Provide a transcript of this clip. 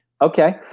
Okay